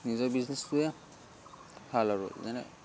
নিজৰ বিজনেছটোৱে ভাল আৰু যেনে